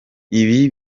ibi